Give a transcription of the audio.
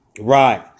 Right